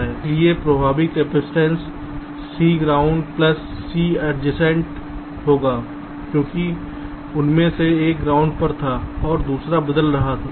इसलिए प्रभावी capacitance C ground plus C adjacent C ground plus C adjacent होगी क्योंकि उनमें से एक ग्राउंड पर था और दूसरा बदल रहा है